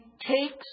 takes